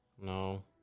No